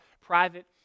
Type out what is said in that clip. private